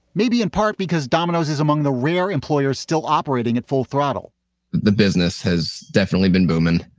maybe in part because domino's is among the rare employers still operating at full throttle the business has definitely been booming.